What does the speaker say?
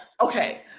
Okay